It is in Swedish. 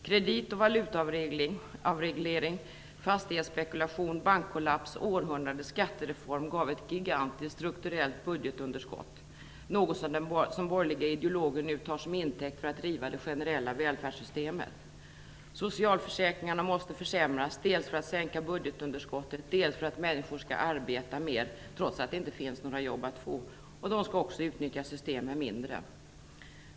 Kredit och valutaavregleringar, fastighetsspekulationer, bankkollapser och århundradets skattereform gav ett gigantiskt strukturellt budgetunderskott. Det är något som borgerliga ideologer nu tar som intäkt för att riva det generella välfärdssystemet. Socialförsäkringarna måste försämras dels för att sänka budgetunderskottet, dels för att människor skall arbeta mer trots att det inte finns några jobb att få. De skall också utnyttja systemen mindre.